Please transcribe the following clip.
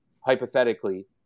hypothetically